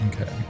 Okay